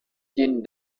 jean